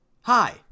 hi